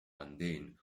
mundane